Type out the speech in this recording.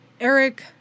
Eric